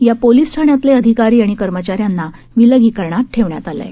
या पोलीस ठाण्यातले अधिकारी आणि कर्मचाऱ्यांना विलगीकरणात ठेवण्यात आलं आहे